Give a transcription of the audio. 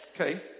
Okay